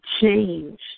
change